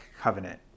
covenant